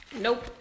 Nope